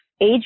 age